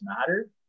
matter